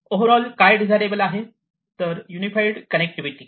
over all काय desirable आहे तर युनिफाईड कनेक्टिविटी